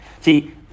See